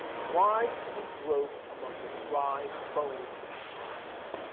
why should we grope among the dry bones of the past?